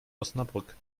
osnabrück